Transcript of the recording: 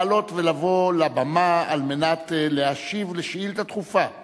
לעלות ולבוא לבמה על מנת להשיב על שאילתא דחופה מס'